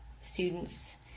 students